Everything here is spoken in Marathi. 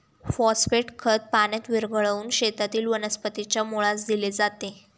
फॉस्फेट खत पाण्यात विरघळवून शेतातील वनस्पतीच्या मुळास दिले जाते